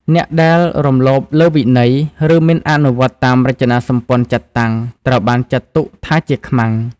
អ្នកដែលរំលោភលើវិន័យ ឬមិនអនុវត្តតាមរចនាសម្ព័ន្ធចាត់តាំង ត្រូវបានចាត់ទុកថាជាខ្មាំង។